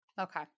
okay